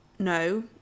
No